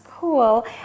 Cool